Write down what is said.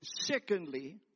Secondly